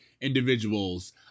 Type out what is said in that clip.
individuals